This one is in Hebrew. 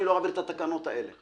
אני לא אעביר את התקנות האלה.